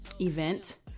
event